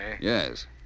Yes